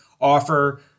offer